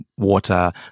water